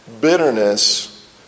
bitterness